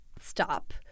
stop